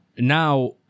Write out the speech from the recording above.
now